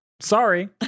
sorry